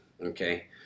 Okay